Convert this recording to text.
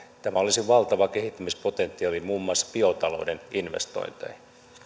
tämä olisi valtava kehittämispotentiaali muun muassa biotalouden investointeihin